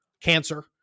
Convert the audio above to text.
cancer